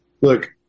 look